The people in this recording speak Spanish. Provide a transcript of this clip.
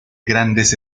grandes